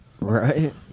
Right